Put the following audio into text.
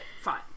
fine